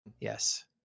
Yes